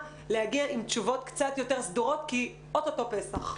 להגיע עם תשובות קצת יותר סדורות כי או-טו-טו פסח.